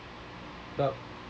sebab